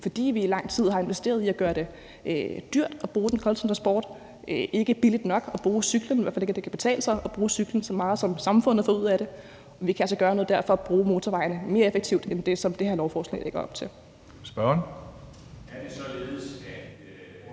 fordi vi i lang tid har investeret i at gøre det dyrt at bruge den kollektive transport og ikke billigt nok at bruge cyklen, i hvert fald ikke så det kan betale sig at bruge cyklen så meget, som samfundet får ud af det. Vi kan altså gøre noget der for at bruge motorvejene mere effektivt end det, som det her lovforslag lægger op til.